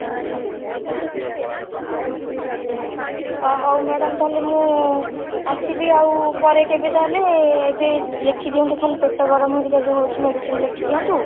ଆଚ୍ଛା ହ ହେଉ ମ୍ୟାଡ଼ାମ୍ ତା'ହେଲେ ମୁଁ ଆସିବି ଆଉ ପରେ କେବେ ତା'ହେଲେ ଏବେ ଲେଖିଦିଅନ୍ତୁ ଖାଲି ପେଟ ଗରମ ହେରିକା ଯେଉଁ ହେଉଛି ମେଡ଼ିସିନ୍ ଲେଖିଦିଅନ୍ତୁ